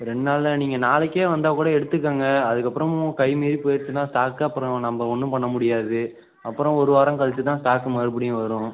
rent நாளில் நீங்கள் நாளைக்கே வந்தா கூட எடுத்துக்கங்க அதுக்கப்புறமும் கை மீறி போயிடுச்சின்னா ஸ்டாக்கு அப்புறம் நம்ம ஒன்று பண்ண முடியாது அப்புறம் ஒரு வாரம் கழித்து தான் ஸ்டாக்கு மறுபடியும் வரும்